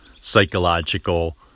psychological